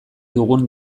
dugun